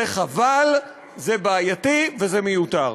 זה חבל, זה בעייתי וזה מיותר.